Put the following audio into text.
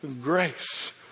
grace